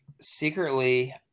secretly